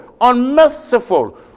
unmerciful